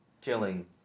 killing